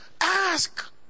Ask